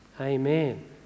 Amen